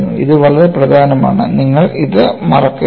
ഇത് വളരെ പ്രധാനമാണ് നിങ്ങൾ ഇത് മറക്കരുത്